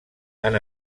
han